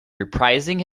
reprising